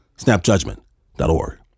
Snapjudgment.org